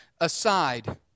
aside